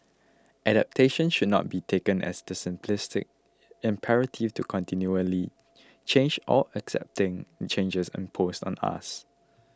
adaptation should not be taken as the simplistic imperative to continually change or accepting changes imposed on us